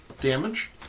damage